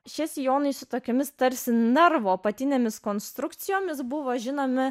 šie sijonai su tokiomis tarsi narvo apatinėmis konstrukcijomis buvo žinomi